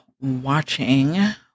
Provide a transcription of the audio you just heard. watching